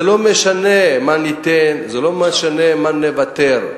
זה לא משנה מה ניתן, זה לא משנה מה נוותר.